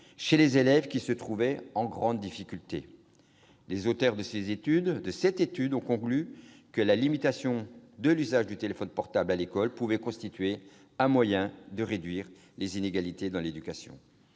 chez les élèves en grande difficulté. Ses auteurs ont conclu que la limitation de l'usage du téléphone portable à l'école pouvait constituer un moyen de réduire les inégalités dans l'éducation.